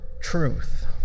truth